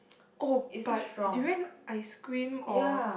oh but durian ice cream or